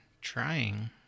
trying